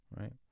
right